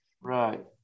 Right